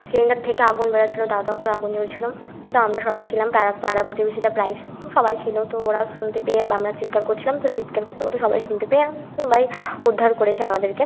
cylinder থেকে আগুন বেরাচ্ছিলো দাউ দাউ করে আগুন জ্বলছিলো তো আমরা সবাই ছিলাম পাড়া পাড়া প্রতিবেশীরা প্রায় সবাই ছিলো তো ওরাও শুনতে পেয়ে আমরা চিৎকার করছিলাম তো চিৎকার করতে করতে সবাই শুনতে পেয়ে বাই উদ্ধার করেছে আমাদেরকে